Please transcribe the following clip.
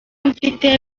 mfite